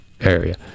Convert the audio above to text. area